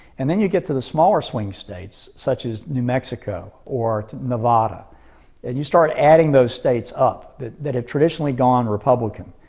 and then you get to the smaller swing states such as new mexico or nevada and you start adding those states up that that have traditionally gone republican.